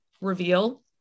reveal